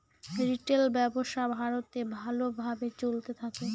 retail ব্যবসা ভারতে ভালো ভাবে চলতে থাকে